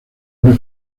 una